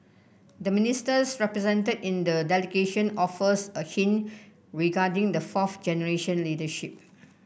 the Ministers represented in the delegation offers a hint regarding the fourth generation leadership